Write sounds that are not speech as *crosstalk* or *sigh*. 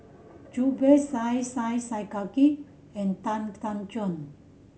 Zubir Said *unintelligible* Khattar and Tan Tan Juan